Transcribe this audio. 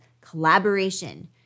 collaboration